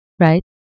right